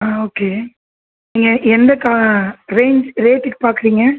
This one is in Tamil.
ஆ ஓகே நீங்கள் எந்த கா ரேஞ்சு ரேட்டுக்கு பார்க்குறீங்க